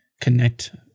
connect